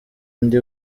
ndi